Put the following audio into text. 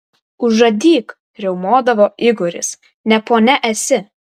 užadyk riaumodavo igoris ne ponia esi